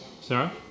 Sarah